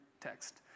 text